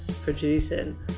producing